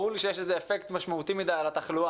ברור לי שיש לזה אפקט משמעותי מדי על התחלואה,